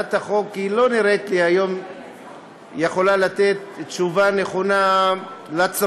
לא נראה לי שהצעת החוק יכולה לתת תשובה נכונה לצרכים